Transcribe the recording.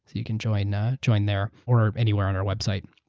you can join ah join there or anywhere on our website.